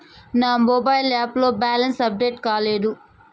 నా mobile app లో balance update కాలేదు